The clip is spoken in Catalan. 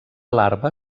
larva